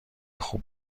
خوب